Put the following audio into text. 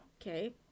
Okay